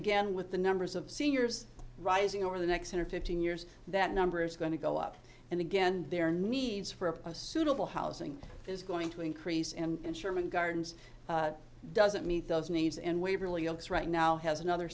again with the numbers of seniors rising over the next ten or fifteen years that number is going to go up and again their needs for a suitable housing is going to increase and sherman gardens doesn't meet those needs in waverley oaks right now has another